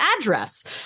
address